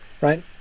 right